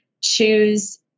choose